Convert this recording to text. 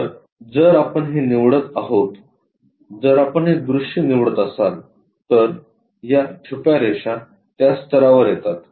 तर जर आपण हे निवडत आहोत जर आपण हे दृश्य निवडत असाल तर या छुप्या रेषा त्या स्तरावर येतात